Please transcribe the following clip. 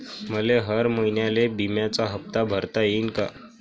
मले हर महिन्याले बिम्याचा हप्ता भरता येईन का?